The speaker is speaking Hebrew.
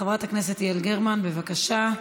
חברת הכנסת יעל גרמן בבקשה,